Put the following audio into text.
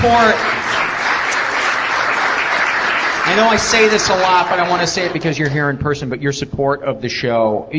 um know i say this a lot but i want to say it because you're here in person. but your support of the show. you